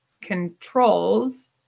controls